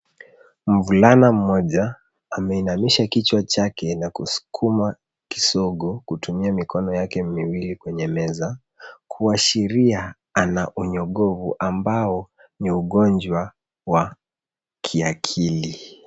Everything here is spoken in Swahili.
Mvulana mmoja ameinamisha kichwa chake na kusukuma kisongo kutumia mikono yake miwili kwenye meza kuashiria ana unyongofu ambao ni ugonjwa wa kiakili.